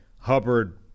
Hubbard